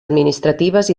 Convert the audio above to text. administratives